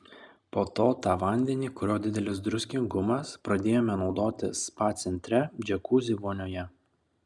po to tą vandenį kurio didelis druskingumas pradėjome naudoti spa centre džiakuzi vonioje